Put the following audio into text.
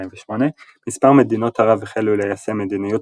מספר מדינות ערב החלו ליישם מדיניות